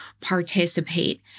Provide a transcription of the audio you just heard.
participate